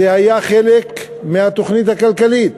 זה היה חלק מהתוכנית הכלכלית